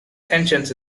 tensions